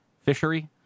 Fishery